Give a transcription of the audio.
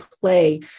play